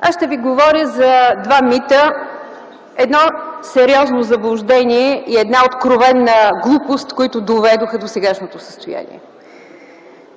Аз ще ви говоря за два мита – едно сериозно заблуждение и една откровена глупост, които доведоха до сегашното състояние